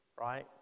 right